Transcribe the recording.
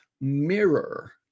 mirror